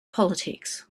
politics